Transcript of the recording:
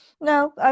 No